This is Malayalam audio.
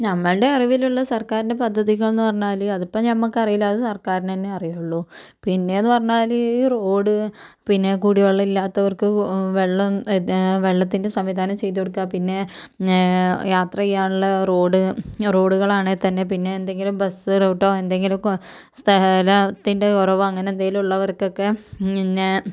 ഞമ്മൾടെ അറിവിലുള്ള സർക്കാരിൻ്റെ പദ്ധതികൾ എന്ന് പറഞ്ഞാൽ അതിപ്പം ഞമ്മക്കറിയില്ല അത് സർക്കാരിൽ തന്നെ അറിയുകയുള്ളു പിന്നെ എന്ന് പറഞ്ഞാൽ ഈ റോഡ് പിന്നെ കുടിവെള്ളം ഇല്ലാത്തവർക്ക് വെള്ളം എ വെള്ളത്തിൻ്റെ സംവിധാനം ചെയ്തു കൊടുക്കുക പിന്നെ യാത്ര ചെയ്യാനുള്ള റോഡ് റോഡുകളാണേ തന്നെ പിന്നെ എന്തെങ്കിലും ബസ്സ് റൂട്ടോ എന്തെങ്കിലൊക്കെ സ്ഥലത്തിൻ്റെ കുറവോ അങ്ങനെയെന്തെങ്കിലും ഉള്ളവർക്കൊക്കെ ഞ ഞ്ഞ